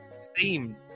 Steam